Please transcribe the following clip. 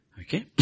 Okay